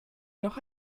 noch